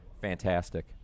fantastic